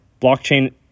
Blockchain